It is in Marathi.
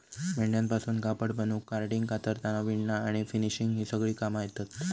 मेंढ्यांपासून कापड बनवूक कार्डिंग, कातरना, विणना आणि फिनिशिंग ही सगळी कामा येतत